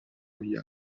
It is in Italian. via